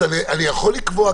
אבל אני יכול לקבוע,